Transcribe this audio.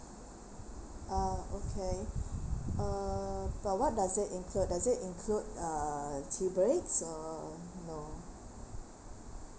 ah okay uh but what does it include does it include uh tea breaks or no